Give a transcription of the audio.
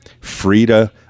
Frida